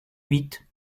huit